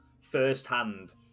firsthand